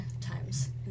times